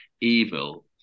evil